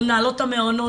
או מנהלות המעונות,